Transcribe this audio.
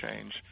change